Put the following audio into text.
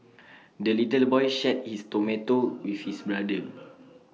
the little boy shared his tomato with his brother